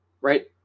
right